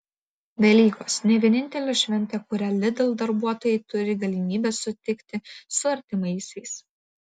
velykos ne vienintelė šventė kurią lidl darbuotojai turi galimybę sutikti su artimiausiais